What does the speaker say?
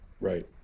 Right